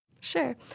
Sure